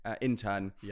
intern